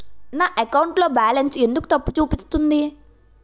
నా అకౌంట్ లో బాలన్స్ ఎందుకు తప్పు చూపిస్తుంది?